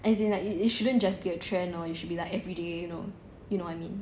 as in like it shouldn't just be a trend lor it should be like everyday you know you know what I mean